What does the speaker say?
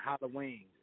Halloween